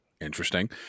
interesting